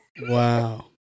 Wow